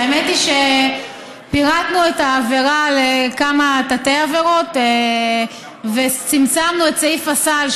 האמת היא שפירטנו את העבירה לכמה תתי-עבירות וצמצמנו את סעיף הסל,